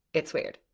it's weird,